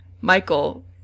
Michael